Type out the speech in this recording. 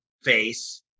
face